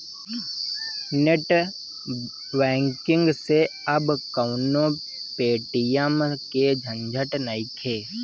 net banking से अब कवनो पेटीएम के झंझट नइखे